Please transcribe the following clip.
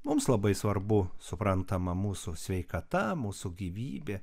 mums labai svarbu suprantama mūsų sveikata mūsų gyvybė